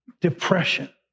depression